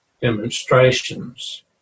demonstrations